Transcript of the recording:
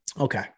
Okay